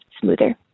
smoother